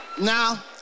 now